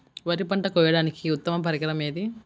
వరి పంట కోయడానికి ఉత్తమ పరికరం ఏది?